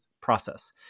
process